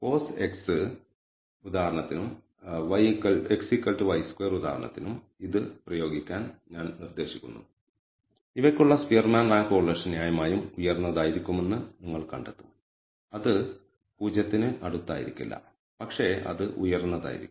cos x ഉദാഹരണത്തിനും xy2 ഉദാഹരണത്തിനും ഇത് പ്രയോഗിക്കാൻ ഞാൻ നിർദ്ദേശിക്കുന്നു ഇവയ്ക്കുള്ള സ്പിയർമാൻ റാങ്ക് കോറിലേഷൻ ന്യായമായും ഉയർന്നതായിരിക്കുമെന്ന് നിങ്ങൾ കണ്ടെത്തും അത് 1ന് അടുത്തായിരിക്കില്ല പക്ഷേ അത് ഉയർന്നതായിരിക്കും